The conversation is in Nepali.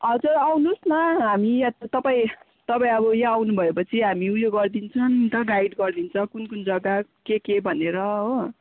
हजुर आउनुहोस् न हामी यहाँ तपाईँ तपाईँ अब यहाँ आउनुभएपछि उयो गरिदिन्छ नि त गाइड गरिदिन्छ कुन कुन जग्गा के के भनेर हो